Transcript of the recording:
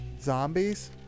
Zombies